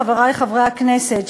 חברי חברי הכנסת,